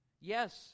Yes